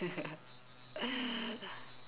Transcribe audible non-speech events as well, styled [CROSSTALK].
[LAUGHS]